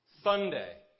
Sunday